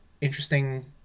interesting